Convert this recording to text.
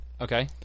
Okay